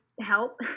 help